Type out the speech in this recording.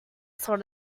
sort